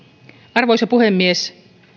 arvoisa puhemies